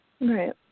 Right